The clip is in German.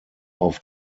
auf